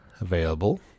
available